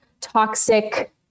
toxic